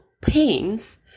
pains